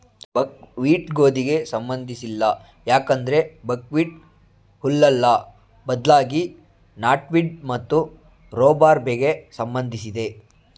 ಬಕ್ wheat ಗೋಧಿಗೆ ಸಂಬಂಧಿಸಿಲ್ಲ ಯಾಕಂದ್ರೆ ಬಕ್ಹ್ವೀಟ್ ಹುಲ್ಲಲ್ಲ ಬದ್ಲಾಗಿ ನಾಟ್ವೀಡ್ ಮತ್ತು ರೂಬಾರ್ಬೆಗೆ ಸಂಬಂಧಿಸಿದೆ